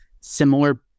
similar